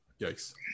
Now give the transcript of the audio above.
Yikes